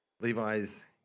Levi's